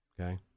okay